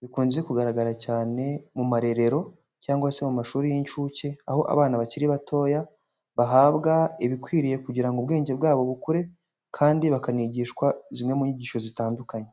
bikunze kugaragara cyane mu marerero cyangwa se mu mashuri y'inshuke, aho abana bakiri batoya bahabwa ibikwiriye kugira ngo ubwenge bwabo bukure kandi bakanigishwa zimwe mu nyigisho zitandukanye.